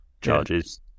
charges